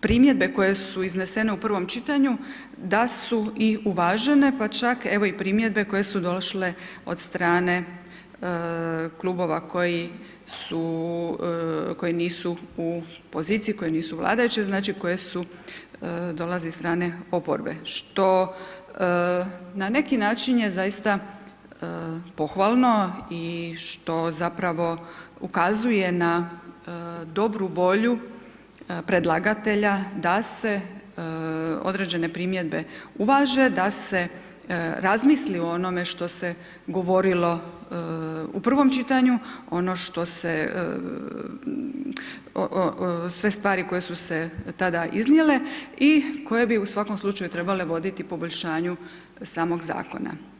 primjedbe koje su iznesene u prvom čitanju, da su i uvažene, pa čak evo i primjedbe koje su došle od strane Klubova koji su, koji nisu u poziciji, koji nisu vladajući, znači koje su, dolaze od strane oporbe, što na neki način je pohvalno i što zapravo ukazuje na dobru volju predlagatelja da se određene primjedbe uvaže, da se razmisli o onome što se govorilo u prvom čitanju, ono što se, sve stvari koje su se tada iznijele, i koje bi u svakom slučaju trebale voditi poboljšanju samog Zakona.